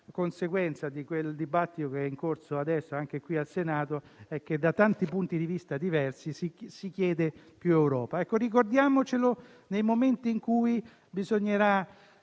conseguenza del dibattito adesso in corso, anche qui al Senato, è che, da tanti punti di vista diversi, si chiede più Europa. Ricordiamolo nei momenti in cui bisognerà